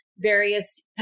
various